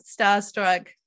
starstruck